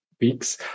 weeks